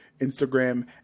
Instagram